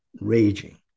raging